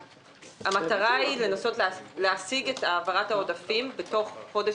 שהמטרה היא לנסות להשיג את העברת העודפים בתוך חודש